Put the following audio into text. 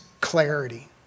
clarity